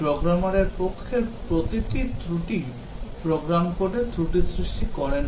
প্রোগ্রামারের পক্ষের প্রতিটি ত্রুটি প্রোগ্রাম কোডে ত্রুটি সৃষ্টি করে না